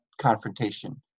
confrontation